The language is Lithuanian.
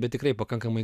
bet tikrai pakankamai